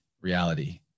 reality